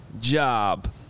job